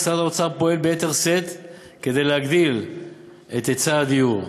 משרד האוצר פועל ביתר שאת להגדיל את היצע הדיור.